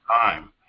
time